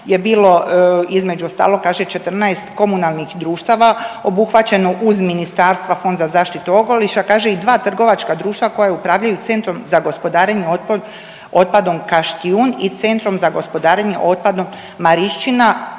je bilo između ostalog kaže 14 komunalnih društava obuhvaćeno uz ministarstva Fond za zaštitu okoliša kaže i dva trgovačka društva koja upravljaju Centrom za gospodarenje otpadom Kaštijun i Centrom za gospodarenje otpadom Marišćina